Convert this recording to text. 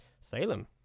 Salem